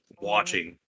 watching